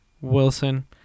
Wilson